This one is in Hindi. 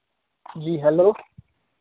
जी हेलो